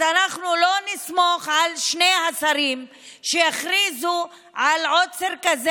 אז אנחנו לא נסמוך על שני השרים שיכריזו על עוצר כזה